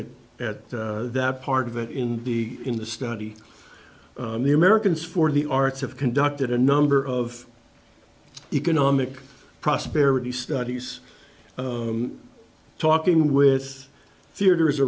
at it at that part of it in the in the study the americans for the arts have conducted a number of economic prosperity studies talking with theaters